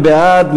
מי בעד?